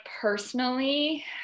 personally